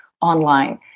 online